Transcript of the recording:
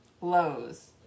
Lowe's